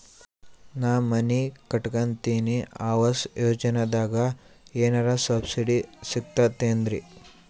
ನಾ ಮನಿ ಕಟಕತಿನಿ ಆವಾಸ್ ಯೋಜನದಾಗ ಏನರ ಸಬ್ಸಿಡಿ ಸಿಗ್ತದೇನ್ರಿ?